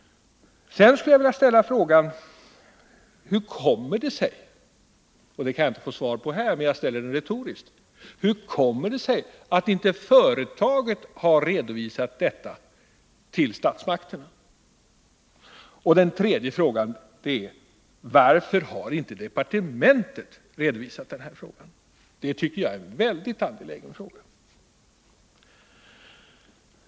För det andra skulle jag vilja ställa den retoriska frågan: Hur kommer det sig att inte företaget har redovisat detta för statsmakterna? För det tredje vill jag fråga: Varför har inte departementet redovisat det? Den sistnämnda frågan tycker jag är mycket angelägen.